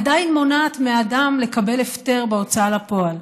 היא עדיין מונעת מאדם לקבל הפטר בהוצאה לפועל.